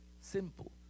simple